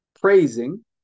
praising